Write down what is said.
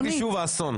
תגידי שוב אסון.